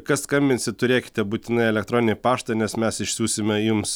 kas skambinsit turėkite būtinai elektroninį paštą nes mes išsiųsime jums